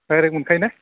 direct मोनखायोना